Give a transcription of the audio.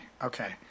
Okay